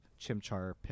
Chimchar